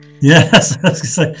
Yes